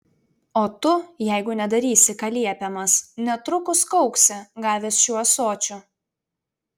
o tu jeigu nedarysi ką liepiamas netrukus kauksi gavęs šiuo ąsočiu